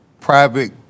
private